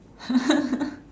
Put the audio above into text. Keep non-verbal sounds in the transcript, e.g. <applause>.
<laughs>